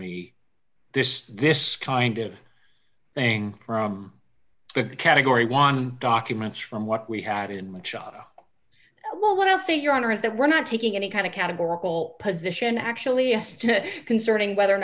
me this this kind of thing from the category one documents from what we had in machado will want to say your honor is that we're not taking any kind of categorical position actually as to concerning whether or